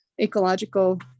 ecological